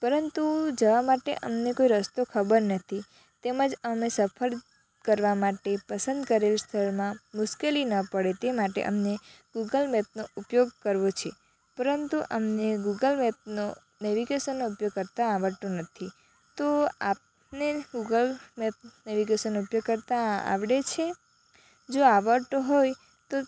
પરંતુ જવા માટે અમને કોઈ રસ્તો ખબર નથી તેમાં જ અમે સફર કરવા માટે પસંદ કરેલું સ્થળમાં મુશ્કેલી ન પડે તે માટે અમને ગુગલ મેપનો ઉપયોગ કરવો છે પરંતુ અમને ગુગલ મેપનો નૅવિગેશનનો ઉપયોગ કરતા આવડતું નથી તો આપને ગુગલ મેપ નેવિગેશનો ઉપયોગ કરતા આવડે છે જો આવડતું હોય તો